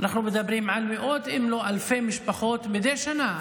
אנחנו מדברים על מאות אם לא אלפי משפחות מדי שנה,